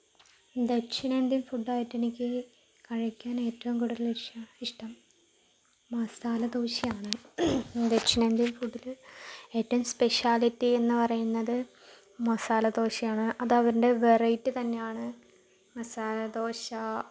ദക്ഷിണേന്ത്യൻ ഫുഡ്ഡായിട്ട് എനിക്ക് കഴിയ്ക്കാൻ ഏറ്റവും കൂടുതൽ ഇഷ്ടം മസാല ദോശയാണ് ദക്ഷിണേന്ത്യൻ ഫുഡ്ഡില് ഏറ്റവും സ്പെഷ്യാലിറ്റി എന്ന് പറയുന്നത് മസാല ദോശയാണ് അതവരുടെ വെറൈറ്റി തന്നെയാണ് മസാല ദോശ